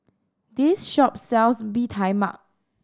this shop sells Bee Tai Mak